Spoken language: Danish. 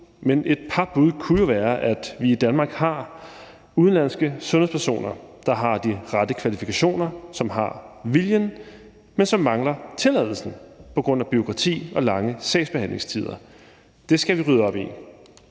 men et par bud kunne jo være, at vi i Danmark har udenlandske sundhedspersoner, som har de rette kvalifikationer, og som har viljen, men som mangler tilladelsen på grund af bureaukrati og lange sagsbehandlingstider. Det skal vi rydde op i.